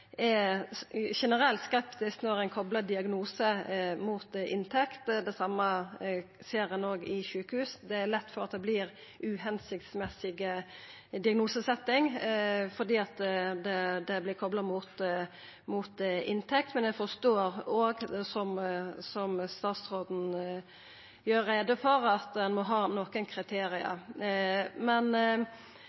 generelt skeptisk når ein koplar diagnose mot inntekt. Det same ser ein òg i sjukehus. Det er lett for at det vert diagnosesetjing som ikkje er føremålstenleg, fordi det vert kopla mot inntekt. Men eg forstår òg, som statsråden gjer greie for, at ein må ha